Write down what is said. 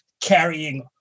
carrying